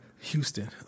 Houston